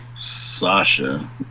Sasha